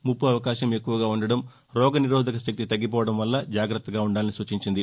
ముప్పు అవకాశం వారికి ఎక్కువగా ఉండడం రోగ నిరోధక శక్తి తగ్గిపోవడం వల్ల జాగ్రత్తగా ఉండాలని సూచించింది